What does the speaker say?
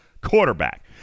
quarterback